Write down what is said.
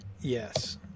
yes